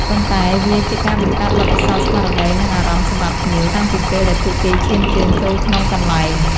ប៉ុន្តែវាជាការបង្កើតបទពិសោធន៍ស្មារតី និងអារម្មណ៍សំរាប់ភ្ញៀវតាំងពីពេលដែលពួកគេឈានជើងចូលក្នុងកន្លែង។